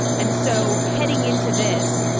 and so heading into this,